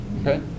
Okay